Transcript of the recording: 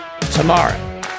tomorrow